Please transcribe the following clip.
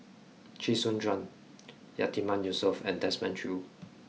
Chee Soon Juan Yatiman Yusof and Desmond Choo